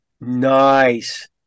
nice